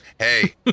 Hey